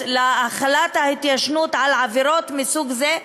להחלת ההתיישנות על עבירות מסוג זה,